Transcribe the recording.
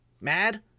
mad